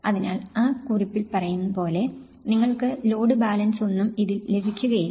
അതിനാൽ ആ കുറിപ്പിൽ പറയുംപോലെ നിങ്ങൾക്ക് ലോഡ് ബാലൻസ് ഒന്നും ഇതിൽ ലഭിക്കുകയില്ല